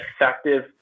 effective